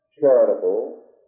charitable